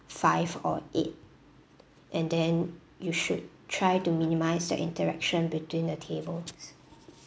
five or eight and then you should try to minimise the interaction between the tables